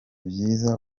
byiza